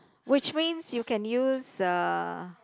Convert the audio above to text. which means you can use uh